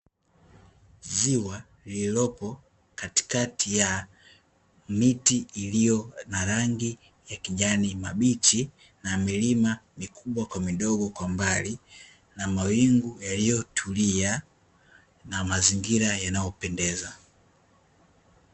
Ziwa lililopo katikati ya miti iliyo na rangi ya kijani mabichi na milima mikubwa kwa midogo kwa mbali, na mawingu yaliyotulia, na mazingira yanayopendeza.